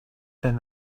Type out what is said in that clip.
been